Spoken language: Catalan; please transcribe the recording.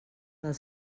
del